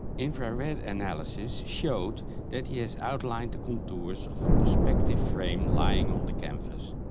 infrared analysis showed that he has outlined the contours of a perspective frame lying on the canvas.